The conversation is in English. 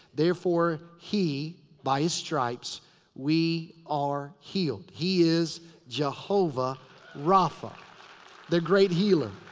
therefore, he, by his stripes we are healed. he is jehovah rapha. the great healer.